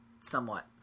somewhat